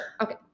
Okay